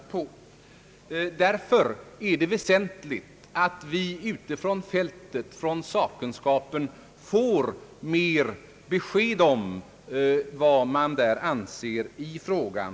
Därför är det väsentligt att vi av sakkunskapen får ytterligare besked om vad man på det hållet anser i frågan.